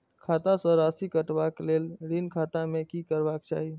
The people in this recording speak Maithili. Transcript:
खाता स राशि कटवा कै लेल ऋण खाता में की करवा चाही?